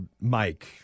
Mike